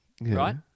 right